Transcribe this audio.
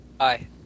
Hi